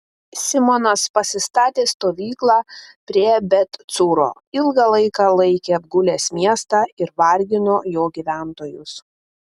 simonas pasistatė stovyklą prie bet cūro ilgą laiką laikė apgulęs miestą ir vargino jo gyventojus